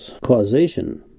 Causation